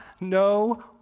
no